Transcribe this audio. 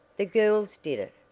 the girls did it,